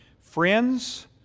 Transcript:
friends